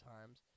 times